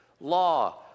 law